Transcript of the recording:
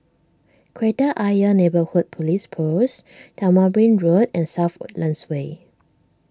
Kreta Ayer Neighbourhood Police Post Tamarind Road and South Woodlands Way